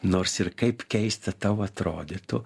nors ir kaip keista tau atrodytų